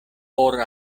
por